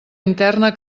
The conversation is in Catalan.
interna